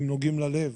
דברים נוגעים ללב.